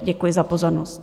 Děkuji za pozornost.